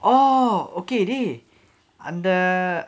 oh okay dey அந்த:antha